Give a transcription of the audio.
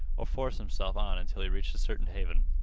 or force himself on until he reached a certain haven.